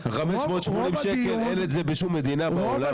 580 שקל, אין את זה בשום מדינה בעולם.